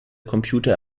computer